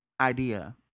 idea